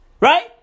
Right